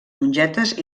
mongetes